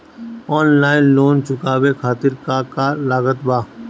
Online loan चुकावे खातिर का का लागत बा?